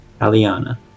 Aliana